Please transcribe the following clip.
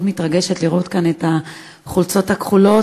מתרגשת לראות כאן את החולצות הכחולות,